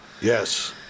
yes